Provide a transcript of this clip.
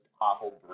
awful